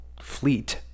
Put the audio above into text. fleet